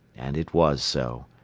and it was so.